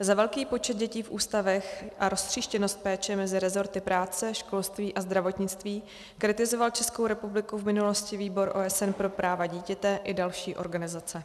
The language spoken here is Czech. Za velký počet dětí v ústavech a roztříštěnost péče mezi resorty práce, školství a zdravotnictví kritizoval Českou republiku v minulosti Výbor OSN pro práva dítěte i další organizace.